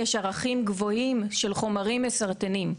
יש ערכים גבוהים של חומרים מסרטנים,